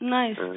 nice